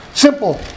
Simple